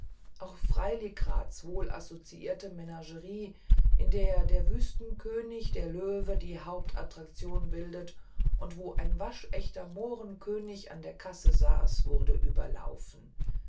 auch freiligraths wohlassortierte menagerie in welcher der wüstenkönig der löwe die hauptattraktion bildete und wo ein waschechter mohrenkönig an der kasse saß wurde überlaufen